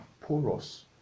porous